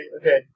okay